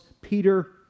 Peter